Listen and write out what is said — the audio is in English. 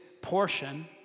portion